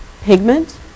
pigment